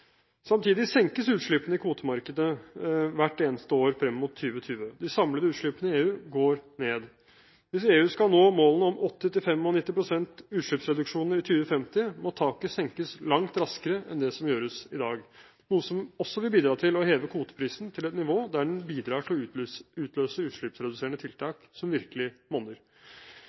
Samtidig senkes utslippene i kvotemarkedet hvert eneste år frem mot 2020. De samlede utslippene i EU går ned. Hvis EU skal nå målene om 80–95 pst. utslippsreduksjoner i 2050, må taket senkes langt raskere enn det som gjøres i dag, noe som også vil bidra til å heve kvoteprisen til et nivå der den bidrar til å utløse utslippsreduserende tiltak som virkelig monner.